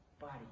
body